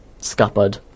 scuppered